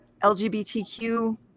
LGBTQ